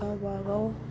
गावबा गाव